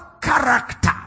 character